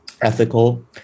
ethical